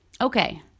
Okay